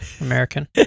American